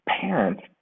parents